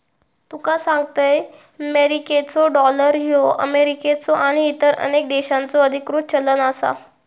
तुका सांगतंय, मेरिकेचो डॉलर ह्यो अमेरिकेचो आणि इतर अनेक देशांचो अधिकृत चलन आसा